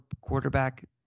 quarterback